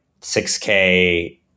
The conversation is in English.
6K